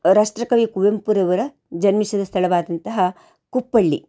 ರಾಷ್ಟ್ರಕವಿ ಕುವೆಂಪುರವರು ಜನ್ಮಿಸಿದ ಸ್ಥಳವಾದಂತಹ ಕುಪ್ಪಳ್ಳಿ